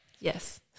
Yes